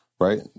right